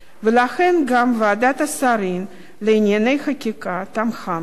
ולכן גם ועדת השרים לענייני חקיקה תמכה בה.